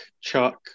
Chuck